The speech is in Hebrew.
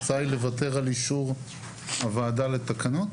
ההצעה היא לוותר על אישור הוועדה לתקנות?